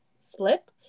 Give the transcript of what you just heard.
slip